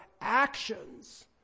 actions